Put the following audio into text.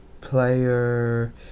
player